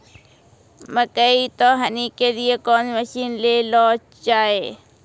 मकई तो हनी के लिए कौन मसीन ले लो जाए?